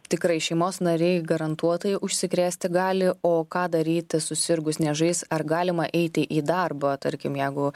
tikrai šeimos nariai garantuotai užsikrėsti gali o ką daryti susirgus niežais ar galima eiti į darbą tarkim jeigu